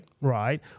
Right